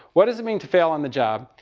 what does it mean to fail on the job?